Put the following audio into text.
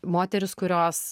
moterys kurios